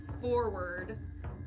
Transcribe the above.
forward